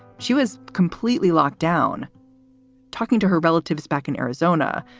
she was completely locked down talking to her relatives back in arizona.